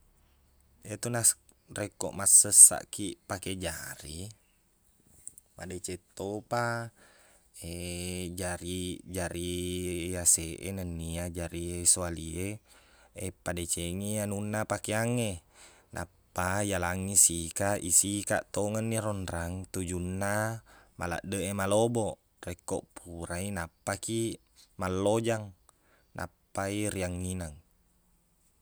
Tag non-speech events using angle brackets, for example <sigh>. Iyatu nas- rekko massessaqkiq pake jari madeceng to pa <hesitation> jari- jari yaseq e nennia jari siwali e eppadecengi anunna pakeang e nappa yalangngi sikaq isikaq tongengni ro nrang tujunna maladdeq e maloboq rekko purai nappakiq mallojang nappai riangnginang